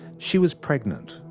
she was pregnant.